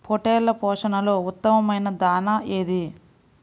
పొట్టెళ్ల పోషణలో ఉత్తమమైన దాణా ఏది?